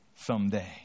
someday